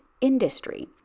industry